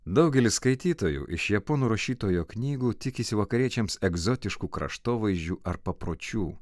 daugelis skaitytojų iš japonų rašytojo knygų tikisi vakariečiams egzotiškų kraštovaizdžių ar papročių